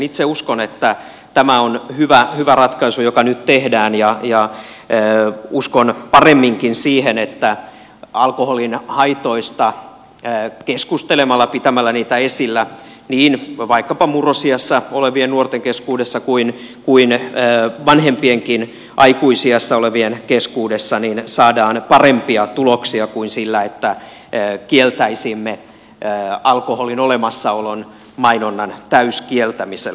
itse uskon että tämä on hyvä ratkaisu joka nyt tehdään ja uskon paremminkin siihen että alkoholin haitoista keskustelemalla pitämällä niitä esillä niin vaikkapa murrosiässä olevien nuorten kuin vanhempienkin aikuisiässä olevien keskuudessa saadaan parempia tuloksia kuin sillä että kieltäisimme alkoholin olemassaolon mainonnan täyskieltämisellä